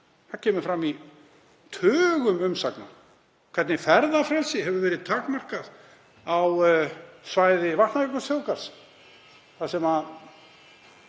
Það kemur fram í tugum umsagna hvernig ferðafrelsi hefur verið takmarkað á svæði Vatnajökulsþjóðgarðs þar sem